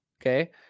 Okay